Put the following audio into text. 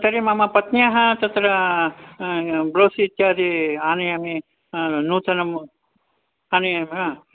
तर्हि मम पत्न्याः तत्र ब्लोस् इत्यादि आनयामि नूतनम् आनयामि हा